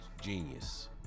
genius